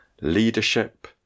leadership